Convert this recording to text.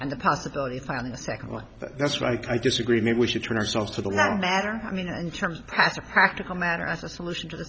and the possibility of finding a second one that's why i disagree maybe we should turn ourselves to the matter i mean in terms of as a practical matter as a solution to th